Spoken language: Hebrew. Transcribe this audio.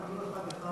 פנו אחד-אחד,